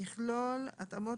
יכלול התאמות